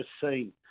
seen